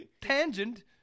tangent